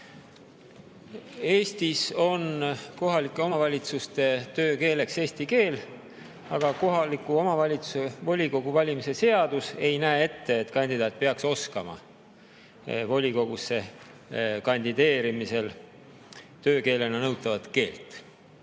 Eestis on kohalike omavalitsuste töökeeleks eesti keel, aga kohaliku omavalitsuse volikogu valimise seadus ei näe ette, et kandidaat peaks oskama volikogusse kandideerimisel töökeelena nõutavat keelt.